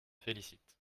félicite